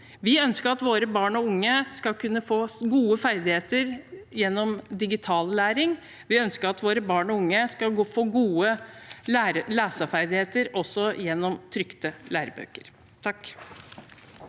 Vi ønsker at våre barn og unge skal kunne få gode ferdigheter gjennom digital læring, og vi ønsker at våre barn og unge skal få gode leseferdigheter også gjennom trykte lærebøker.